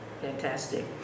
fantastic